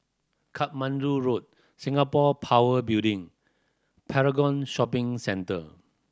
Katmandu Road Singapore Power Building Paragon Shopping Centre